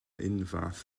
unfath